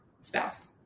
spouse